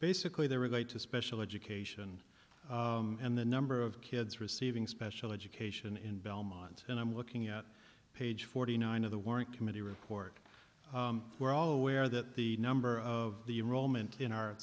basically they relate to special education and the number of kids receiving special education in belmont and i'm looking at page forty nine of the warrant committee report we're all aware that the number of the role meant in our